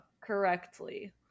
Correctly